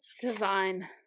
design